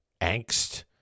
angst